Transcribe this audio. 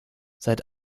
seit